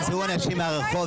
יצאו אנשים מהרחוב,